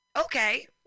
Okay